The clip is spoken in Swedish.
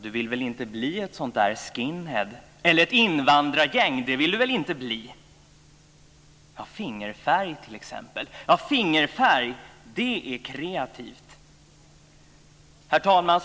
Du vill väl inte bli ett sådant där skinhead? Eller ett invandrargäng? Det vill du väl inte bli? Ta fingerfärg, t.ex. Fingerfärg, det är kreativt. Herr talman!